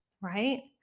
right